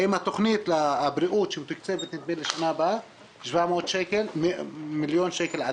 והאם התכנית לבריאות שמתוקצבת לשנה הבאה 700 מיליון שקל,